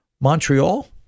Montreal